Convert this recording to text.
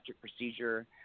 procedure